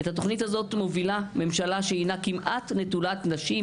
את התוכנית הזאת מובילה ממשלה שהינה כמעט נטולת נשים,